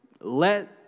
Let